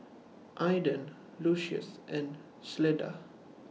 Aiden Lucious and Cleda